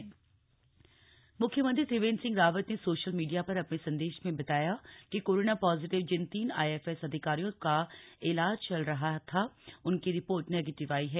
corona मख्यमंत्री म्ख्यमंत्री त्रिवेंद्र सिंह रावत ने सोशल मीडिया पर अपने संदेश में बताया कि कोरोना पॉजिटिव जिन तीन आईएफएस अधिकारियों का इलाज चल रहा था उनकी रिपोर्ट निगेटिव आई है